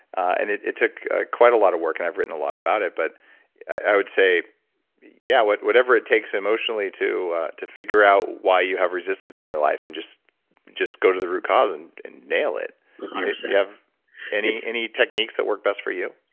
and it it took ah quite a lot of work. and i've written a lot about it, but i would say yeah, whatever it takes emotionally to to figure out why you have resistance in your life, and just just go to the root cause and and nail it. you have any any techniques that work best for you?